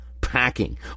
packing